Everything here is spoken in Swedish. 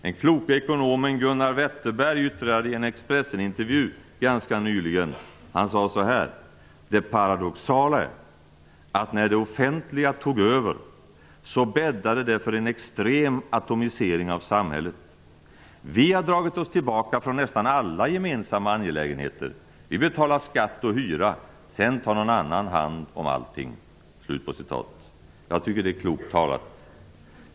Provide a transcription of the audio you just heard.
Den kloke ekonomen Gunnar Wetterberg yttrade i en Expressenintervju ganska nyligen: - Det paradoxala är att när det offentliga tog över så bäddade det för en extrem atomisering av samhället. Vi har dragit oss tillbaka från nästan alla gemensamma angelägenheter. Vi betalar skatt och hyra, sedan tar någon annan hand om allting. Jag tycker att det är klokt talat.